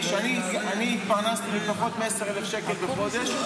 אני התפרנסתי בפחות מ-10,000 שקל בחודש,